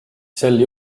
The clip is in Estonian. sel